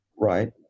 Right